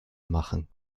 machen